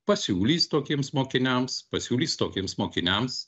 pasiūlys tokiems mokiniams pasiūlys tokiems mokiniams